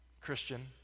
Christian